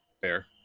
Fair